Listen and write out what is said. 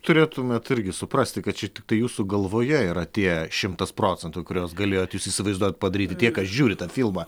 turėtumėt irgi suprasti kad čia tiktai jūsų galvoje yra tie šimtas procentų kuriuos galėjot jūs įsivaizduot padaryti tie kas žiūri tą filmą